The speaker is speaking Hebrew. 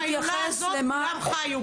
היו"ר מירב בן ארי (יו"ר ועדת ביטחון הפנים): בהילולה הזאת כולם חיו,